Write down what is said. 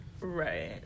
right